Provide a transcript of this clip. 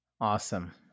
Awesome